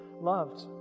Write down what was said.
loved